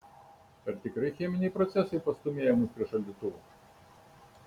ar tikrai cheminiai procesai pastūmėja mus prie šaldytuvo